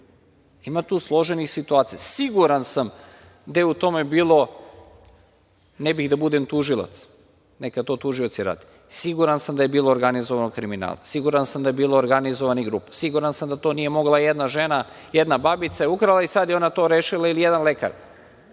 tu složenih situacija. Siguran sam da je u tome bilo, ne bih da budem tužilac, neka to tužioci rade, siguran sam da je bilo organizovanog kriminala, siguran sam da je bilo organizovanih grupa, siguran sam da to nije mogla jedna žena, jedna babica je ukrala i sada je ona to rešila, ili jedan lekar,